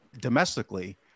domestically